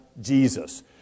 Jesus